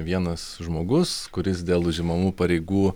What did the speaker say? vienas žmogus kuris dėl užimamų pareigų